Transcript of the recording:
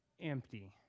empty